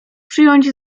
przyjąć